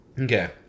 Okay